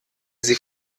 sie